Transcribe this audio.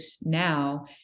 now